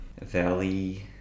valley